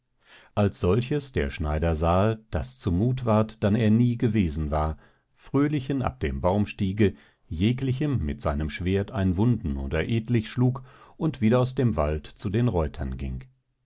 als solches der schneider sahe daß zu muth ward dann er nie gewesen war fröhlichen ab dem baum stiege jeglichem mit seinem schwert ein wunden oder etlich schlug und wieder aus dem wald zu den reutern ging